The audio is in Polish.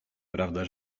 prawda